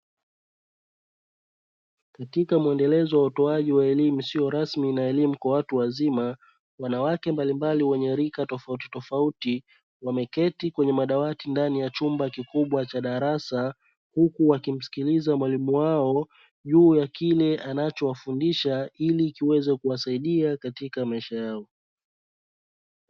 Katika muendelezo wa utoaji wa elimu isiyo rasmi na elimu kwa watu wazima, wanawake mbalimbali wenye rika tofauti tofauti wameketi kwenye madawati ndani ya chumba kikubwa cha darasa, huku wakimsikiliza mwalimu wao juu ya kile anachowafundisha ili kiweze kuwasaidia katika maisha yao.